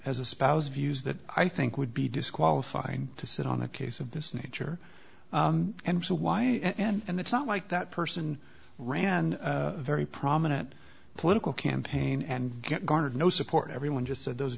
as a spouse views that i think would be disqualifying to sit on a case of this nature and so why and it's not like that person ran a very prominent political campaign and get garnered no support everyone just said those